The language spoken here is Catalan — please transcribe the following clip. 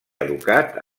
educat